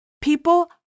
people